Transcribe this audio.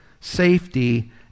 safety